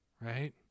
Right